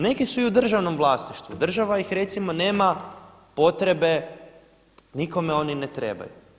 Neki su i u državnom vlasništvu, država ih recimo nema potrebe nikome oni ne trebaju.